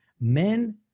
men